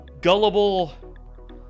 Gullible